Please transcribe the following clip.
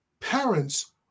Parents